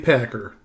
Packer